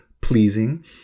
pleasing